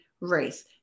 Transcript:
race